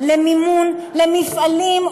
למימון למפעלים,